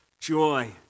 joy